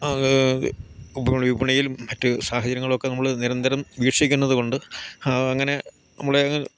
നമുക്ക് വിപണിയിലും മറ്റ് സാഹചര്യങ്ങളൊക്കെ നമ്മൾ നിരന്തരം വീക്ഷിക്കുന്നത് കൊണ്ട് അങ്ങനെ നമ്മളെയങ്ങ്